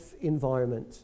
environment